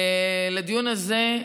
לדיון הזה,